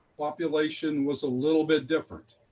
population was a little bit different